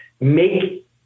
make